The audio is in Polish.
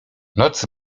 noc